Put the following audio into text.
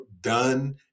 done